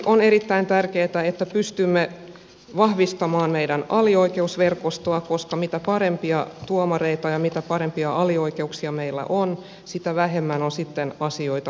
on erittäin tärkeätä että pystymme vahvistamaan meidän alioikeusverkostoamme koska mitä parempia tuomareita ja alioikeuksia meillä on sitä vähemmän on asioita hovioikeuksiin